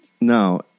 No